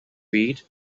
read